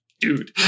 dude